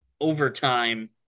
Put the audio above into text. overtime